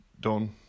done